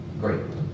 Great